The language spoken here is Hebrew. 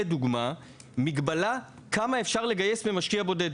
לדוגמה: מגבלה על כמה אפשר לגייס ממשקיע בודד,